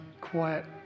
quiet